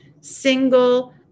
single